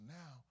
now